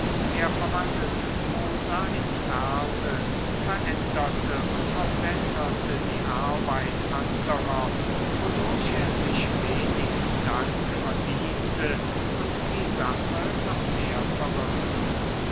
er verwandelte prosa in verse veränderte und verbesserte die arbeit anderer wodurch er sich wenig dank verdiente und die sache noch mehr verwirrte